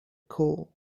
call